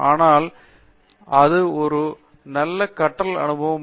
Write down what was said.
ஆனால் அது ஒரு நல்ல கற்றல் அனுபவம் ஆகும்